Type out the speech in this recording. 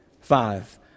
five